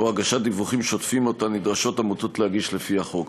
הגשת דיווחים שוטפים שנדרשות עמותות להגיש לפי החוק.